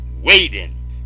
waiting